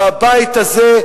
והבית הזה,